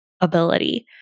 ability